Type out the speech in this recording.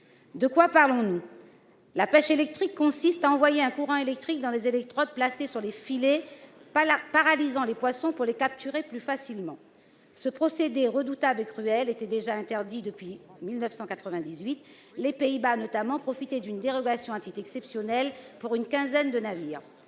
européen. La pêche électrique consiste à envoyer un courant électrique dans des électrodes placées sur les filets, afin de paralyser les poissons et ainsi de les capturer plus facilement. Ce procédé redoutable et cruel était déjà interdit depuis 1998, mais les Pays-Bas, notamment, profitaient d'une dérogation accordée à titre exceptionnel pour une quinzaine de navires.